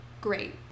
great